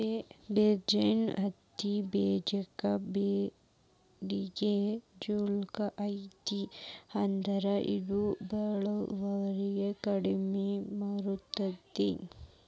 ಜೇದರ್ ಹತ್ತಿಬೇಜಕ್ಕ ಬೇಡಿಕೆ ಚುಲೋ ಐತಿ ಆದ್ರ ಇದು ಇಳುವರಿ ಕಡಿಮೆ ಬರ್ತೈತಿ